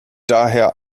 daher